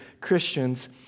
Christians